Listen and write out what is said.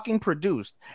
produced